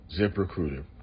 ZipRecruiter